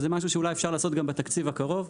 וזה משהו שאולי אפשר בתקציב הקרוב,